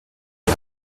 die